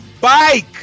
bike